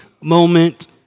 moment